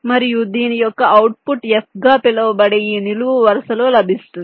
మరియు దీని యొక్క అవుట్పుట్ f గా పిలువబడే ఈ నిలువు వరుసలో లభిస్తుంది